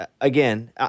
again